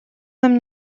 нам